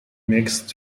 mixed